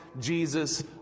Jesus